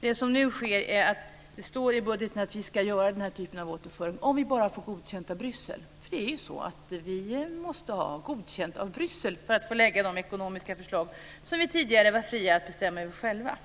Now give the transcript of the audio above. Det står i budgeten att vi ska göra den här typen av återföring om vi bara får godkänt av Bryssel. Vi måste ha godkänt av Bryssel för att få lägga fram de ekonomiska förslag som vi tidigare var fria att bestämma över själva.